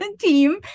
team